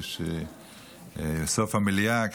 כשסוף המליאה,